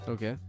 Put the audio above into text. Okay